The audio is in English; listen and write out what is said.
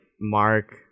Mark